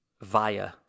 via